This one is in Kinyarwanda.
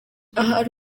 ahari